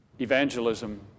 evangelism